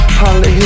holly